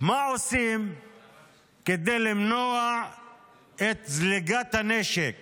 מה אנחנו עושים כדי למנוע העברת נשק